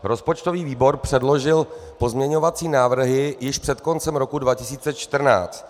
Rozpočtový výbor předložil pozměňovací návrhy již před koncem roku 2014.